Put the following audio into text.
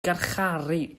garcharu